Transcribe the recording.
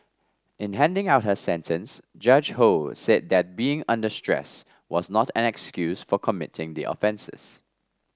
in handing out her sentence Judge Ho said that being under stress was not an excuse for committing the offences